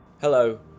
Hello